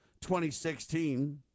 2016